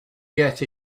get